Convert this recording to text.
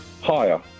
Higher